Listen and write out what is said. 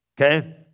Okay